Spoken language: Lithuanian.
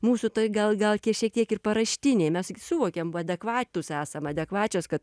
mūsų toj gal gal šiek tiek ir paraštinėj mes suvokėm vadekvatūs esam adekvačios kad